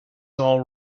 all